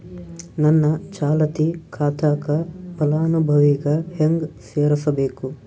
ನನ್ನ ಚಾಲತಿ ಖಾತಾಕ ಫಲಾನುಭವಿಗ ಹೆಂಗ್ ಸೇರಸಬೇಕು?